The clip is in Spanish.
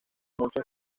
muchos